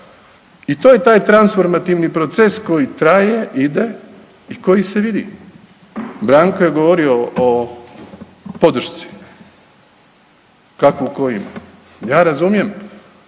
I to je taj transformativni proces koji traje, ide i koji se vidi. Branko je govorio o podršci kakvu ko ima, ja razumijem